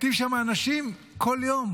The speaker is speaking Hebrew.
מתים שם אנשים כל יום.